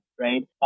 right